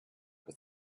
with